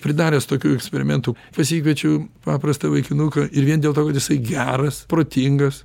pridaręs tokių eksperimentų pasikviečiau paprastą vaikinuką ir vien dėl to kad jisai geras protingas